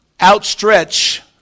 outstretch